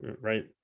right